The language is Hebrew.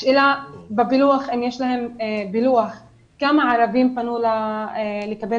השאלה אם יש להם פילוח כמה ערבים פנו לקבל